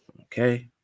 Okay